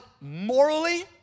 morally